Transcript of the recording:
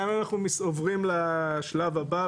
כאן אנחנו עוברים לשלב הבא,